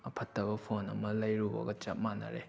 ꯑꯐꯠꯇꯕ phone ꯑꯃ ꯂꯩꯔꯨꯕꯒ ꯆꯞ ꯃꯥꯟꯅꯔꯦ